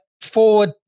forward